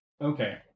Okay